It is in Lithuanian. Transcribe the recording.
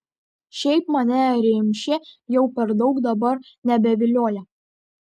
šiaip mane rimšė jau per daug dabar nebevilioja